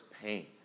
pain